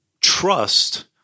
trust